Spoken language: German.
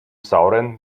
sauren